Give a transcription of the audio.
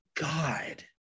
God